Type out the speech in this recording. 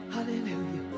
Hallelujah